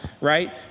right